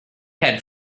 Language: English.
had